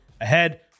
ahead